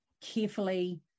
carefully